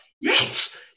yes